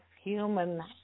human